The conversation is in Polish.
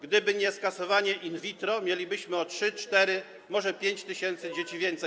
Gdyby nie skasowano in vitro, mielibyśmy o 3, 4, może 5 tys. dzieci więcej.